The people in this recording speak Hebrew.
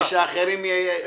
לא.